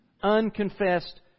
unconfessed